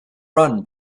run